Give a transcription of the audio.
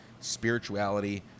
spirituality